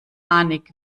panik